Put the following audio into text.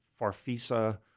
farfisa